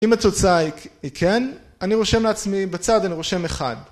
אם התוצאה היא כן, אני רושם לעצמי, בצד אני רושם אחד